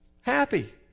happy